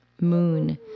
moon